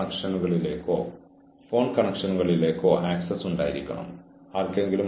ഒരു ജീവനക്കാരന് ഒഴികഴിവ് പറയുന്നത് ജീവനക്കാരന്റെ കാഴ്ചപ്പാട് കാണാൻ നല്ലതാണ്